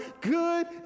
good